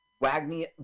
Wagner